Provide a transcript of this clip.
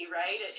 right